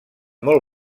molt